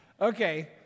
okay